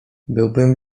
byłbym